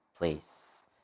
place